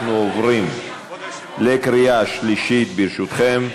אנחנו עוברים לקריאה שלישית, ברשותכם.